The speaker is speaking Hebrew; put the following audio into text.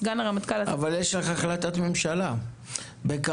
סגן הרמטכ"ל --- אבל יש לך החלטת ממשלה בקרוב,